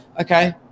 Okay